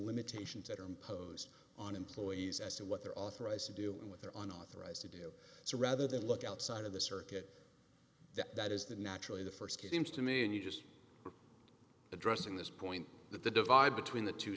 limitations that are imposed on employees as to what they're authorized to do and with their own authorized to do so rather than look outside of the circuit that is the naturally the st came to me and you just addressing this point that the divide between the two